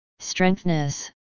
strengthness